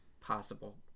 possible